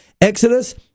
Exodus